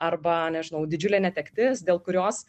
arba nežinau didžiulė netektis dėl kurios